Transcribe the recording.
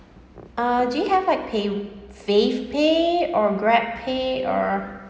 uh do you have like pay~ fave pay or grabpay or